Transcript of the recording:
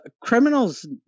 criminals